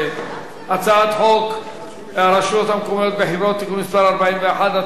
הצעת חוק הרשויות המקומיות (בחירות) (תיקון מס' 41),